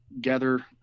gather